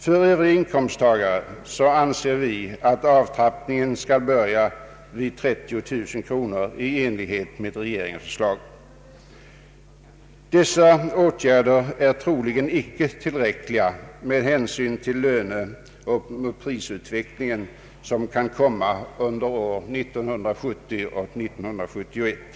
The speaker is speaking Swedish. För övriga inkomsttagare anser vi att avtrappningen skall börja vid en årsinkomst på 30 000 kronor i enlighet med regeringens förslag. Dessa åtgärder är troligen inte tillräckliga med hänsyn till den löneoch prisutveckling som man kan räkna med under åren 1970 och 1971.